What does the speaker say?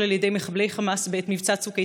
על ידי מחבלי חמאס בעת מבצע צוק איתן.